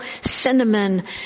cinnamon